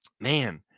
Man